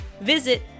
visit